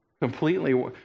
Completely